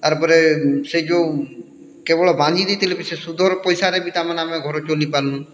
ତାର୍ପରେ ସେ ଯଉ କେବଳ ବାନ୍ଧି ଦେଇଥିଲେ ବି ଶୁଦ୍ଧର୍ ପଏସାରେ ବି ଆମେ ଘର୍ ଚଲି ପାର୍ମୁ